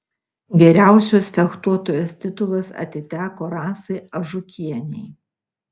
geriausios fechtuotojos titulas atiteko rasai ažukienei